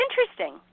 interesting